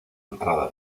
entrada